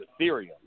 Ethereum